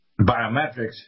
biometrics